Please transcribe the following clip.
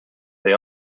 they